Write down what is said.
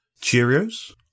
Cheerios